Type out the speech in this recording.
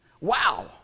Wow